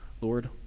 Lord